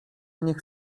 niech